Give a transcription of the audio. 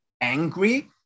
angry